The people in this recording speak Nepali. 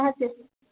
हजुर